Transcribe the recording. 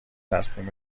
تسلیم